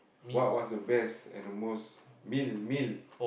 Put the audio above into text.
what was the best and the most meal meal